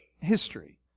history